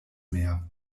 mehr